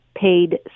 paid